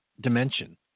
dimension